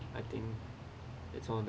I think that's all